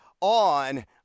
on